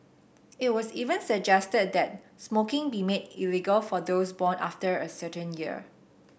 it was even suggested that smoking be made illegal for those born after a certain year